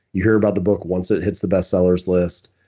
you hear about the book once it hits the best-sellers list.